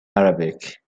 arabic